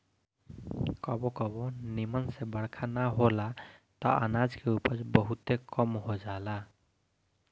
कबो कबो निमन से बरखा ना होला त अनाज के उपज बहुते कम हो जाला